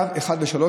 קו 1 ו-3,